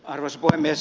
arvoisa puhemies